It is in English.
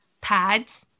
pads